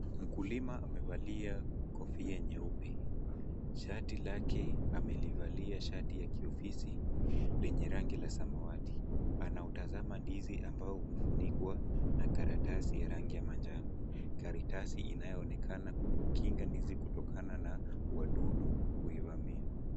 Mkulima amevalia kofia nyeupe, shati lake amelivalia shati ya kiofisi lenye rangi la samawati, anautazama ndizi ambao umefunikwa na karatasi ya rangi ya manjano, karatasi inayoonekana kukinga ndizi kutokana na wadudu kuivamia.